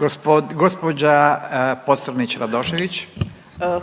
Anita (HDZ)**